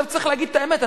עכשיו צריך להגיד את האמת.